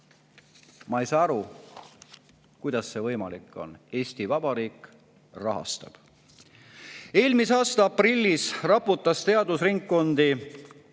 Ma ei saa aru, kuidas see võimalik on – Eesti Vabariik rahastab. Eelmise aasta aprillis raputas teadusringkondi